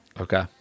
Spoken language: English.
Okay